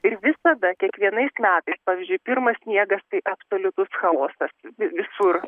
ir visada kiekvienais metais pavyzdžiui pirmas sniegas tai absoliutus chaosas visur